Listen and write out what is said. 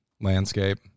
landscape